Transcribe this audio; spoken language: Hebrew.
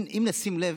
אם נשים לב,